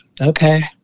okay